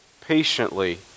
patiently